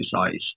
exercise